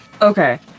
Okay